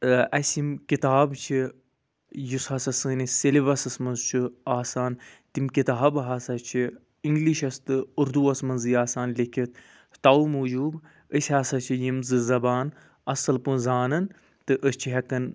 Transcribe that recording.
ٲں اسہِ یم کتاب چھِ یُس ہَسا سٲنِس سیٚلبَسَس مَنٛز چھُ آسان تِم کتاب ہَسا چھِ اِنٛگلِشَس تہٕ اردو وَس مَنٛزٕے آسان لیٚکھِتھ تَوٕ موٗجوب أسۍ ہَسا چھِ یم زٕ زبان اصٕل پٲٹھۍ زانان تہٕ أسۍ چھِ ہیٚکان